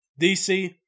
DC